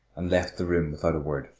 and left the room without a word.